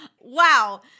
Wow